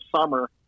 summer